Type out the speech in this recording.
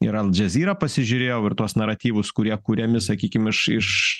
ir al jazeera pasižiūrėjau ir tuos naratyvus kurie kuriami sakykim iš iš